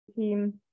team